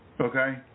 okay